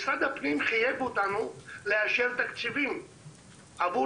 משרד הפנים חייב אותנו לאשר תקציבים עבור